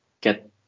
get